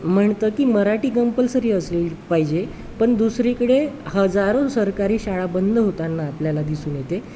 म्हणतं की मराठी कंपल्सरी असली पाहिजे पण दुसरीकडे हजारो सरकारी शाळा बंद होताना आपल्याला दिसून येते